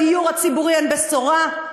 בדיור הציבורי אין בשורה,